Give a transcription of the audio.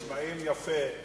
ההסכמים נשמעים יפה.